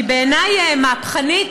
היא בעיני מהפכנית,